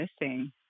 missing